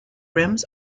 rims